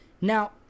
Now